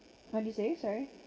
what did you say sorry